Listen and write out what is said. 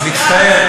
מצטער.